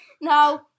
No